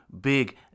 big